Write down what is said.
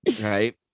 Right